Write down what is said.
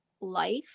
life